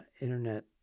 internet